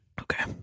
okay